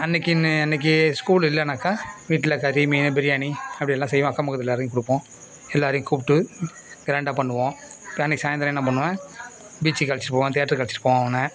அன்றைக்கின்னு அன்றைக்கி ஸ்கூல் இல்லைன்னாக்கா வீட்டில் கறி மீனு பிரியாணி அப்படி எல்லாம் செய்வோம் அக்கம் பக்கத்துல எல்லாரையும் கொடுப்போம் எல்லாரையும் கூப்பிட்டு க்ராண்டா பண்ணுவோம் அன்றைக்கி சாய்ந்திரம் என்ன பண்ணுவேன் பீச்சுக்கு அழைச்சிட்டு போவேன் தியேட்டருக்கு அழைச்சிட்டு போவேன் அவனை